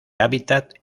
hábitat